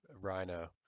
rhino